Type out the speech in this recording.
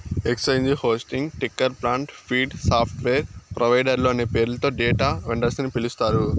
exchange hosting, ticker plant, feed, software ప్రొవైడర్లు అనే పేర్లతో డేటా వెండర్స్ ని పిలుస్తారు